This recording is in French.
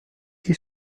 qui